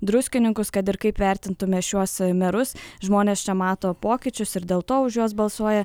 druskininkus kad ir kaip vertintume šiuos merus žmonės čia mato pokyčius ir dėl to už juos balsuoja